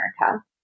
America